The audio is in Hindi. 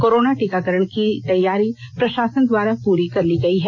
कोरोना टीकाकरण की तैयारी प्रशासन द्वारा पूरी कर ली गयी है